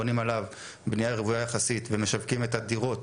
ובונים עליו בנייה רוויה יחסית ומשווקים את הדירות